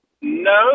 No